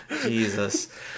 Jesus